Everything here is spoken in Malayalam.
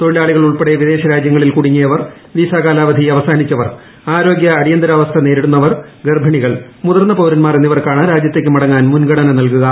തൊഴിലാളികൾ ഉൾപ്പെടെ വിദേശരാജൃങ്ങളിൽ കുടുങ്ങിയവർ വിസാ കാലവധി അവസാനിച്ചവർ ആരോഗ്യ അടിയന്തരാവസ്ഥ നേരിടുന്നവർ ഗർഭൂിണികൾ മുതിർന്ന പൌരന്മാർ എന്നിവർക്കാണ് മുൻഗണന നൽകുക